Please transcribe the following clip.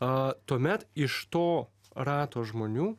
tuomet iš to rato žmonių